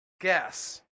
guess